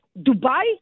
Dubai